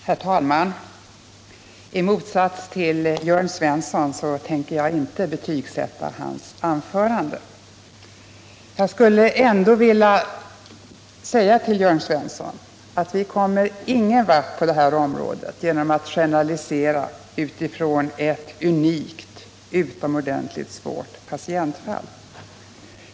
Herr talman! I motsats till vad Jörn Svensson gjorde tänker jag inte betygsätta hans anförande. Jag skulle vilja säga till Jörn Svensson: Vi kommer ingen vart på det här området genom att generalisera utifrån ett unikt, utomordentligt svårt patientfall.